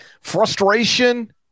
frustration